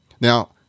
Now